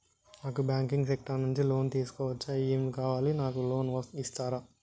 నాకు banking sector నుంచి loan తీసుకోవచ్చా? ఏమేం కావాలి? నాకు లోన్ ఇస్తారా?